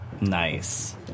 Nice